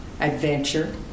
adventure